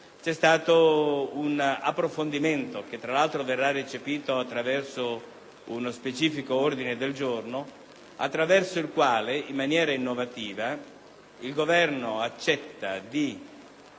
C'è stato un approfondimento, che fra l'altro verrà recepito da un ordine del giorno, attraverso il quale in maniera innovativa il Governo accetta di